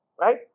right